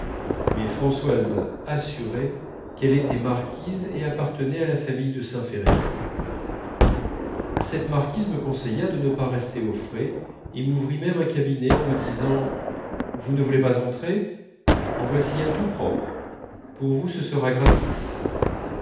mais françoise assurait qu'elle était marquise et appartenait à la famille de saint ferréol cette marquise me conseilla de ne pas rester au frais et m'ouvrit même un cabinet en me disant vous ne voulez pas entrer en voici un tout propre pour vous ce sera gratis